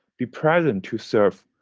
be present to serve,